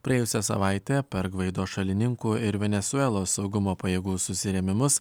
praėjusią savaitę per gvaido šalininkų ir venesuelos saugumo pajėgų susirėmimus